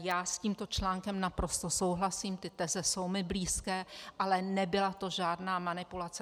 Já s tímto článkem naprosto souhlasím, ty teze jsou mi blízké, ale nebyla to žádná manipulace.